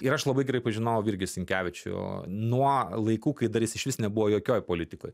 ir aš labai gerai pažinojau virgį sinkevičių nuo laikų kai dar jis išvis nebuvo jokioj politikoj